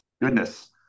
goodness